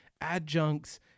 adjuncts